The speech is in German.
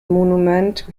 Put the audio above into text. monument